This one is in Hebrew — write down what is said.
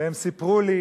והם סיפרו לי